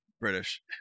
British